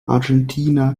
argentina